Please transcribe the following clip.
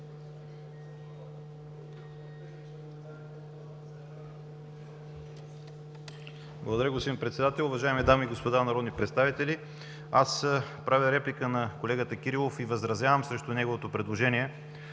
Благодаря, господин Председател. Уважаеми дами и господа народни представители, правя реплика на колегата Кирилов и възразявам срещу неговото предложение.